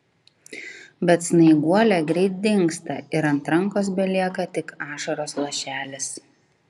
bet snaiguolė greit dingsta ir ant rankos belieka tik ašaros lašelis